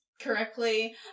correctly